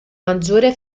maggiore